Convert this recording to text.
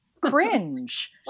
cringe